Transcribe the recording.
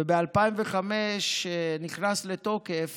וב-2005 נכנס לתוקף